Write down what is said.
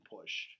pushed